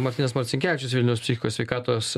martynas marcinkevičius vilniaus psichikos sveikatos